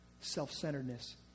self-centeredness